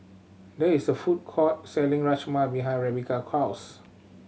there is a food court selling Rajma behind Rebeca house